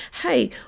hey